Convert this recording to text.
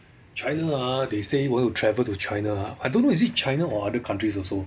china ah they say want to travel to china ah I don't know is it china or other countries also